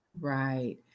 Right